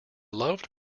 love